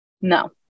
No